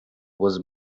was